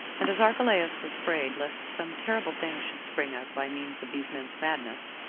and as archelaus was afraid lest some terrible thing should spring up by means of these men's madness,